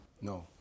No